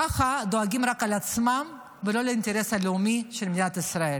ככה דואגים רק לעצמכם ולא לאינטרס הלאומי של מדינת ישראל.